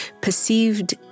perceived